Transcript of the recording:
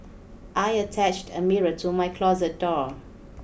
I attached a mirror to my closet door